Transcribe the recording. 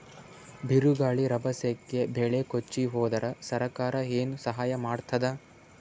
ಬಿರುಗಾಳಿ ರಭಸಕ್ಕೆ ಬೆಳೆ ಕೊಚ್ಚಿಹೋದರ ಸರಕಾರ ಏನು ಸಹಾಯ ಮಾಡತ್ತದ?